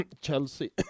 Chelsea